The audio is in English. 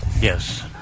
Yes